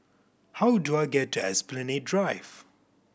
how do I get to Esplanade Drive